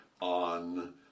on